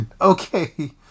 Okay